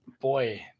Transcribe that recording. boy